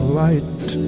light